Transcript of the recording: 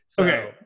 Okay